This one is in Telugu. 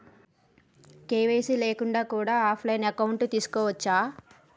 కే.వై.సీ లేకుండా కూడా ఆఫ్ లైన్ అకౌంట్ తీసుకోవచ్చా?